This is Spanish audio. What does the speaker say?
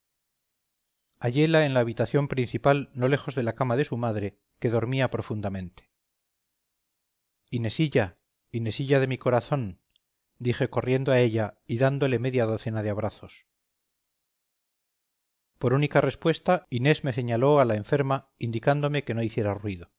inés hallela en la habitación principal no lejos de la cama de su madre que dormía profundamente inesilla inesilla de mi corazón dije corriendo a ella y dándole media docena de abrazos por única respuesta inés me señaló a la enferma indicándome que no hiciera ruido